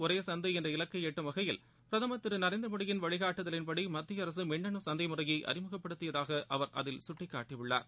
ஒரே சந்தை என்ற இலக்கை எட்டும் வகையில் பிரதமர் திரு நரேந்திரமோடியின் வழிகாட்டுதலின்படி மத்திய அரசு மின்னனு சந்தை முறையை அழிமுகப்படுத்தியதாக அவர் அதில் சுட்டிக்காட்டியுள்ளார்